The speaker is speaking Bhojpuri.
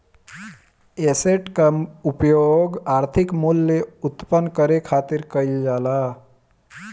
एसेट कअ उपयोग आर्थिक मूल्य उत्पन्न करे खातिर कईल जाला